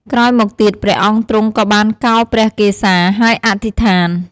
ក្រោយមកទៀត ព្រះអង្គទ្រង់ក៏បានកោរព្រះកេសា ហើយអធិដ្ឋាន។